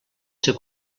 ser